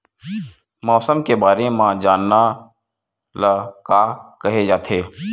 मौसम के बारे म जानना ल का कहे जाथे?